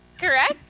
correct